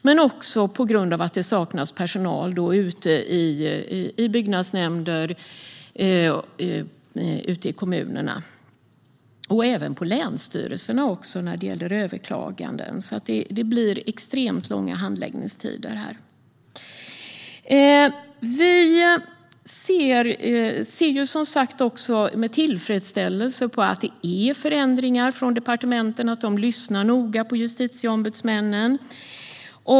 Det saknas även personal ute i kommunernas byggnadsnämnder och på länsstyrelserna vad gäller överklaganden. Där blir handläggningstiderna extremt långa. Vi ser med tillfredsställelse på att departementen gör förändringar och att de lyssnar noga på justitieombudsmännen.